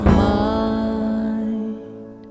mind